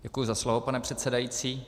Děkuji za slovo, pane předsedající.